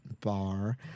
bar